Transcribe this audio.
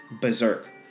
berserk